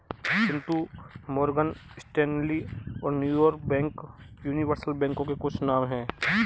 Chintu Morgan Stanley और New York bank universal बैंकों के कुछ नाम है